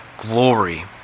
glory